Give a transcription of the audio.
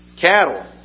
cattle